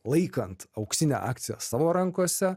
laikant auksinę akciją savo rankose